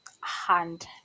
hand